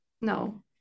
No